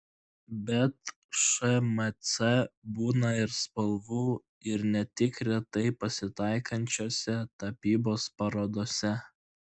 bet šmc būna ir spalvų ir ne tik retai pasitaikančiose tapybos parodose